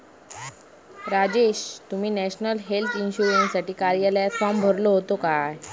राजेश, तुम्ही national health इन्शुरन्ससाठी कार्यालयात फॉर्म भरलो होतो काय?